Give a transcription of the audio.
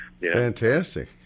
Fantastic